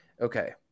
okay